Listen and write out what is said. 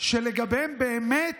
שלגביהן באמת